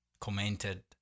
commented